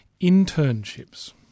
internships